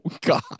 God